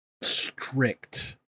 strict